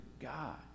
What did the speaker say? God